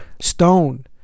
stone